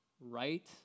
Right